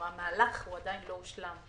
כלומר, המהלך עדיין לא הושלם.